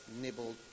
nibbled